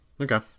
Okay